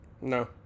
No